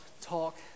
talk